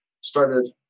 started